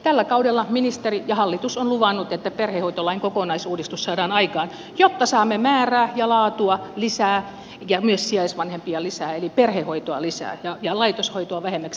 tällä kaudella ministeri ja hallitus ovat luvanneet että perhehoitolain kokonaisuudistus saadaan aikaan jotta saamme määrää ja laatua lisää ja myös sijaisvanhempia lisää eli perhehoitoa lisää ja laitoshoitoa vähemmäksi